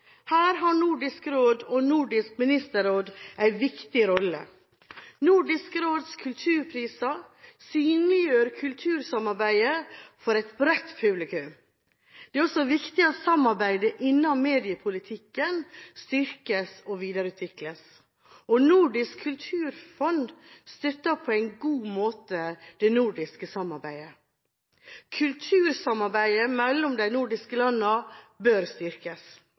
Her spiller Nordisk råd og Nordisk ministerråd en viktig rolle. Nordisk råds kulturpriser synliggjør kultursamarbeidet for et bredt publikum. Det er også viktig at samarbeidet innenfor mediepolitikken styrkes og videreutvikles. Nordisk kulturfond støtter på en god måte det nordiske samarbeidet. Kultursamarbeidet mellom de nordiske land bør styrkes.